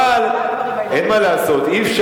זה בניגוד לעמדת הממשלה, הדברים האלה.